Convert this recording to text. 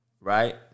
right